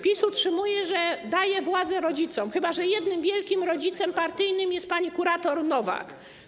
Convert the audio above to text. PiS utrzymuje, że daje władzę rodzicom, chyba że jednym wielkim rodzicem partyjnym jest pani kurator Nowak.